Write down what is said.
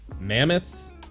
Mammoths